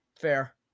Fair